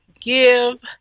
give